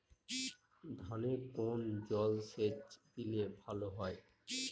ধানে কোন জলসেচ দিলে ভাল হয়?